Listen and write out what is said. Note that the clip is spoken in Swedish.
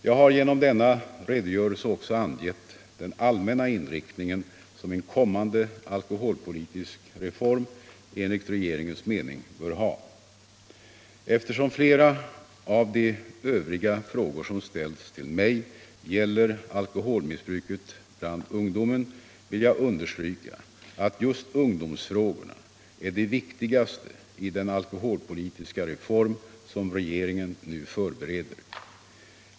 Jag har genom denna redogörelse också angett den allmänna inriktning som en kommande alkoholpolitisk reform enligt regeringens mening bör ha. Eftersom flera av de övriga frågor som ställts till mig gäller alkoholmissbruket bland ungdomen vill jag understryka att just ungdomsfrågorna är de viktigaste i den alkoholpolitiska reform som regeringen nu förbereder.